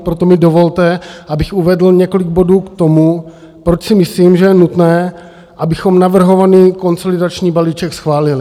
Proto mi dovolte, abych uvedl několik bodů k tomu, proč si myslím, že je nutné, abychom navrhovaný konsolidační balíček schválili.